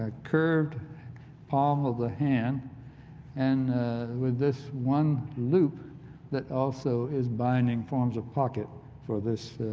ah curved palm of the hand and with this one loop that also is binding forms of pocket for this